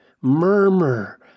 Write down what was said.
murmur